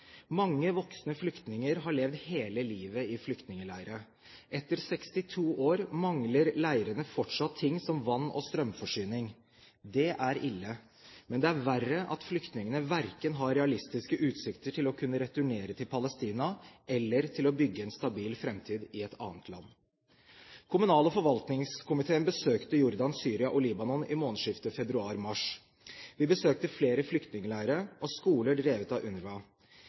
Mange voksne flyktninger har levd hele livet i flyktningleirer. Etter 62 år mangler leirene fortsatt ting som vann- og strømforsyning. Det er ille, men det er verre at flyktningene ikke har realistiske utsikter til verken å kunne returnere til Palestina eller å kunne bygge en stabil framtid i et annet land. Kommunal- og forvaltningskomiteen besøkte Jordan, Syria og Libanon i månedsskiftet februar/mars. Vi besøkte flere flyktningleirer og skoler drevet av